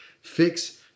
fix